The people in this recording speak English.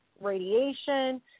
radiation